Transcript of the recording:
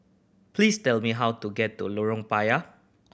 please tell me how to get to Lorong Payah